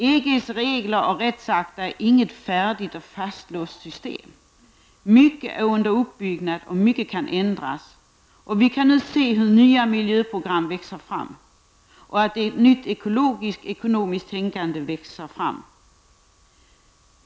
EGs regler och rättsakter är inget färdigt och fastlåst system. Mycket är under uppbyggnad och mycket kan ändras. Vi kan nu se hur nya miljöprogram växer fram liksom hur ett nytt ekologiskt/ekonomiskt tänkande växer fram.